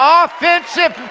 offensive